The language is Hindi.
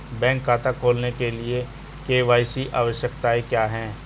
बैंक खाता खोलने के लिए के.वाई.सी आवश्यकताएं क्या हैं?